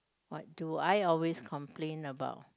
what do I always complain about